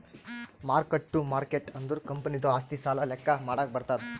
mark ಟ್ಟು market ಅಂದುರ್ ಕಂಪನಿದು ಆಸ್ತಿ, ಸಾಲ ಲೆಕ್ಕಾ ಮಾಡಾಗ್ ಬರ್ತುದ್